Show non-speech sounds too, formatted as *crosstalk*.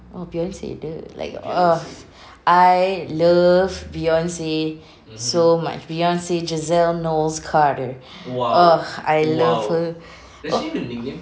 orh beyonce !duh! like *noise* I love beyonce so much beyonce giselle knowles carter ah I love her o~